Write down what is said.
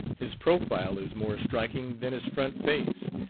his profile is more striking than his front face,